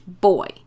boy